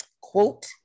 quote